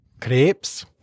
Crepes